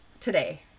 today